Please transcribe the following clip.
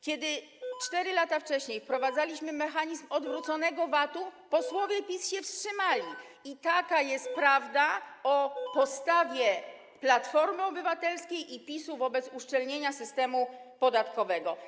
Kiedy 4 lata wcześniej wprowadzaliśmy mechanizm odwróconego VAT-u, posłowie PiS się wstrzymali i taka jest prawda o postawie Platformy Obywatelskiej i PiS-u wobec uszczelniania systemu podatkowego.